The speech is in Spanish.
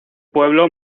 pueblo